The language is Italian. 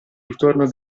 ritorno